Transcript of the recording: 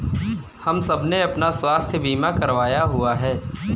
हम सबने अपना स्वास्थ्य बीमा करवाया हुआ है